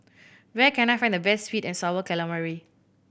where can I find the best sweet and Sour Calamari